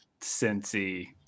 Cincy